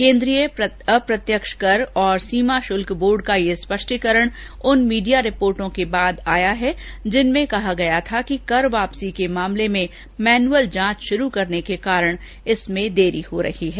केंद्रीय अप्रत्यक्ष कर और सीमा शुल्क बोर्ड का यह स्पष्टीकरण उन मीडिया रिपोर्टों के बाद आया है जिनमें कहा गया था कि कर वापसी के मामले में मैनुअल जांच शुरू करने के कारण इसमें देरी हो रही है